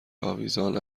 آویزان